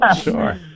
Sure